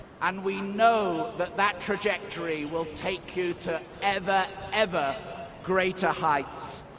and we know that that trajectory will take you to ever, ever greater heights.